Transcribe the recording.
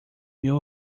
meu